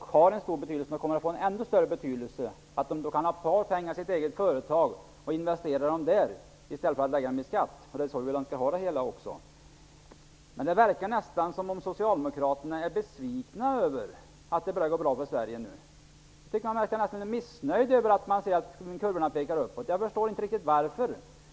Det har stor betydelse, och det kommer att få ännu större betydelse, att småföretagaren kan ha kvar pengar i sitt eget företag för investering i stället för att använda dem till skatt. Det är ju så vi vill att de skall ha det också. Men det verkar nästan som att socialdemokraterna är besvikna över att det börjar gå bra för Sverige nu. Man verkar missnöjd över att kurvorna börja peka uppåt. Jag förstår inte riktigt varför.